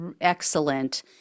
excellent